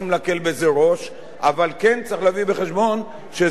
אבל כן צריך להביא בחשבון שזאת תופעה שקיימת